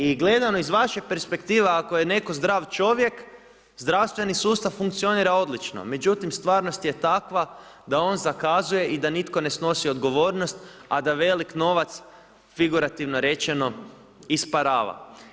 I gledano iz vaše perspektive ako je netko zdrav čovjek zdravstveni sustav funkcionira odlično, međutim stvarnost je takva da on zakazuje i da nitko ne snosi odgovornost a da velik novac figurativno rečeno isparava.